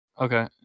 Okay